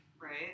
Right